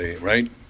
Right